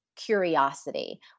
Curiosity